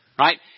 right